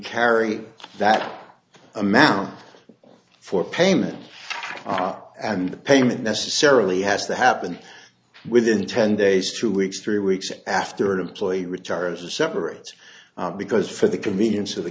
carry that amount for payment and the payment necessarily has to happen within ten days two weeks three weeks after employee retire as a separate because for the convenience of the